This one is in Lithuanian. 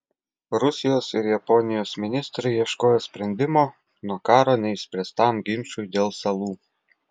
rusijos ir japonijos ministrai ieškojo sprendimo nuo karo neišspręstam ginčui dėl salų